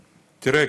תראה,